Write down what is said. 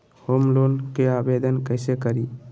Home loan के आवेदन कैसे करि?